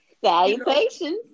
Salutations